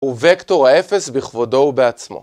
הוא וקטור 0 בכבודו ובעצמו.